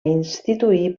instituir